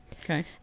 Okay